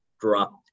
dropped